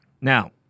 Now